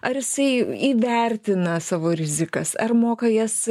ar jisai įvertina savo rizikas ar moka jas